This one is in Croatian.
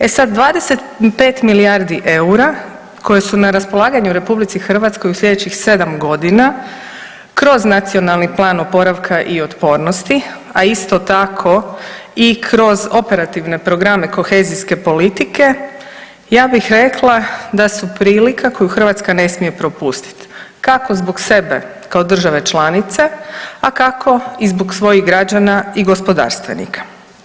E sad 25 milijardi eura koje su na raspolaganju RH u sljedećih 7 godina kroz Nacionalni plan oporavka i otpornosti, a isto tako i kroz operativne programe kohezijske politike ja bih rekla da su prilika koju Hrvatska ne smije propustiti kako zbog sebe kao države članice, a kako i zbog svojih građana i gospodarstvenika.